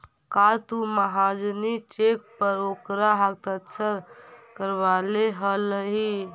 का तु महाजनी चेक पर ओकर हस्ताक्षर करवले हलहि